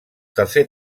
tercer